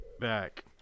back